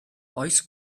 oes